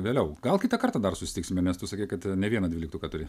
vėliau gal kitą kartą dar susitiksime nes tu sakei kad ne vieną dvyliktuką turi